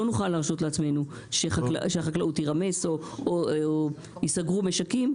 לא נוכל להרשות לעצמנו שהחקלאות תירמס או ייסגרו משקים,